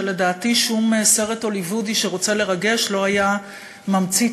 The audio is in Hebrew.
שלדעתי שום סרט הוליוודי שרוצה לרגש לא היה ממציא,